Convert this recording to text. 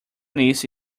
niece